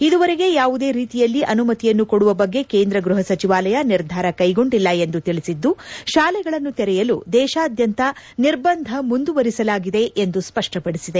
ಇದುವರೆಗೆ ಯಾವುದೇ ರೀತಿಯ ಅನುಮತಿಯನ್ನು ಕೊಡುವ ಬಗ್ಗೆ ಕೇಂದ್ರ ಗೃಹ ಸಚಿವಾಲಯ ನಿರ್ಧಾರ ಕೈಗೊಂಡಿಲ್ಲ ಎಂದು ತಿಳಿಸಿದ್ದು ಶಾಲೆಗಳನ್ನು ತೆರೆಯಲು ದೇಶಾದ್ಯಂತ ನಿರ್ಬಂಧ ಮುಂದುವರೆಸಲಾಗಿದೆ ಎಂದು ಸ್ಪಡ್ವಪಡಿಸಿದೆ